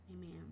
Amen